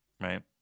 right